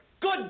Good